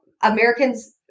Americans